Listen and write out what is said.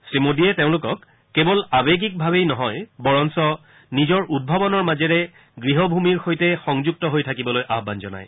শ্ৰীমোদীয়ে তেওঁলোকক কেৱল আৱেগিকভাৱেই নহয় বৰঞ্চ নিজৰ উদ্ভাৱনৰ মাজেৰে গৃহভূমিৰ সৈতে সংযুক্ত হৈ থাকিবলৈ আহান জনায়